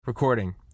recording